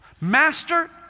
Master